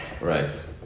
Right